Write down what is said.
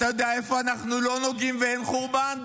אתה יודע, איפה אנחנו לא נוגעים ואין חורבן?